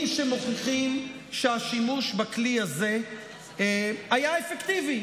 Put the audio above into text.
שמוכיחים שהשימוש בכלי הזה היה אפקטיבי.